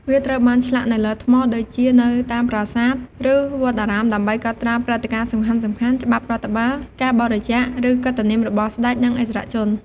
វាត្រូវបានឆ្លាក់នៅលើថ្ម ដូចជានៅតាមប្រាសាទ ឬវត្តអារាម ដើម្បីកត់ត្រាព្រឹត្តិការណ៍សំខាន់ៗ ច្បាប់រដ្ឋបាល ការបរិច្ចាគ ឬកិត្តិនាមរបស់ស្ដេច និងឥស្សរជន។